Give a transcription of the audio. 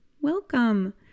Welcome